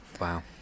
Wow